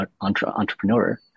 entrepreneur